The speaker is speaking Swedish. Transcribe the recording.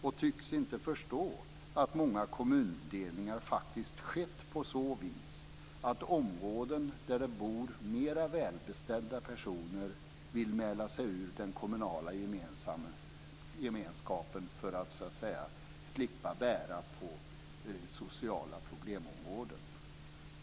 Man tycks inte förstå att många kommundelningar faktiskt skett på grund av att områden där det bor mer välbeställda personer velat mäla sig ur den kommunala gemenskapen för att slippa bära på sociala problemområden.